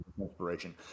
inspiration